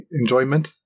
enjoyment